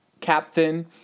Captain